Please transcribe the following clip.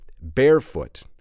barefoot